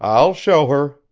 i'll show her,